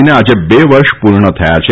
ને આજે બે વર્ષ પૂર્ણ થયા છે